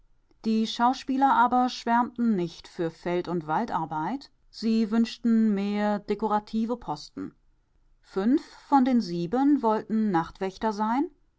die schauspieler aber schwärmten nicht für feld und waldarbeit sie wünschten mehr dekorative posten fünf von den sieben wollten nachtwächter sein